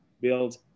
build